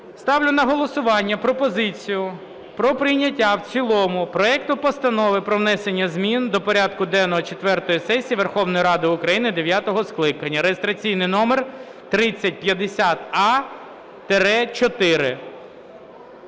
Ставлю на голосування пропозицію про прийняття в цілому проекту Постанови про внесення змін до порядку денного четвертої сесії Верховної Ради України дев'ятого скликання (реєстраційний номер 3050а-4).